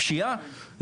פשיעה,